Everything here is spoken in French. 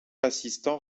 assistant